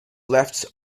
left